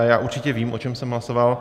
Já určitě vím, o čem jsem hlasoval.